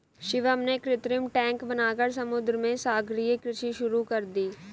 शिवम ने कृत्रिम टैंक बनाकर समुद्र में सागरीय कृषि शुरू कर दी